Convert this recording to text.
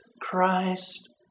Christ